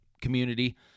community